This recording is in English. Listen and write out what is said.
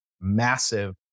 massive